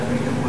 הגעת בדיוק